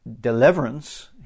deliverance